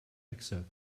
excerpt